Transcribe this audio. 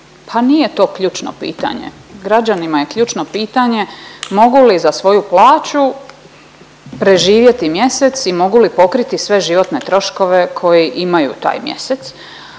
Pa nije to ključno pitanje, građanima je ključno pitanje mogu li za svoju plaću preživjeti mjesec i mogu li pokriti sve životne troškove koje imaju taj mjesec.